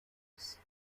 aus